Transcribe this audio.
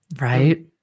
Right